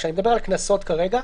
כשאני מדבר על קנסות כרגע,